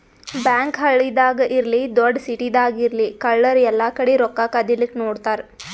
bank ಹಳ್ಳಿದಾಗ್ ಇರ್ಲಿ ದೊಡ್ಡ್ ಸಿಟಿದಾಗ್ ಇರ್ಲಿ ಕಳ್ಳರ್ ಎಲ್ಲಾಕಡಿ ರೊಕ್ಕಾ ಕದಿಲಿಕ್ಕ್ ನೋಡ್ತಾರ್